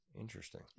Interesting